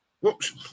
Whoops